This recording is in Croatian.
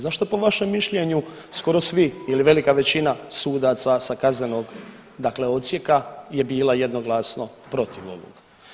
Zašto po vašem mišljenju skoro svi ili velika većina sudaca sa kaznenog dakle odsjeka je bila jednoglasno protiv ovog?